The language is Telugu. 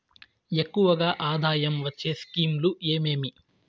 ఎక్కువగా ఆదాయం వచ్చే స్కీమ్ లు ఏమేమీ?